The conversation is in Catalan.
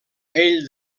ell